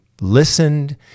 listened